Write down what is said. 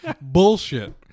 bullshit